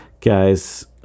guys